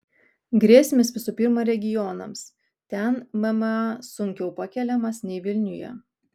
grėsmės visų pirma regionams ten mma sunkiau pakeliamas nei vilniuje